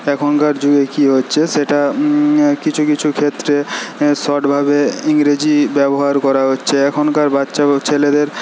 এখনকার যুগে কি হচ্ছে সেটা কিছু কিছু ক্ষেত্রে শর্ট ভাবে ইংরেজি ব্যবহার করা হচ্ছে এখনকার বাচ্চা ছেলেদের